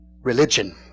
religion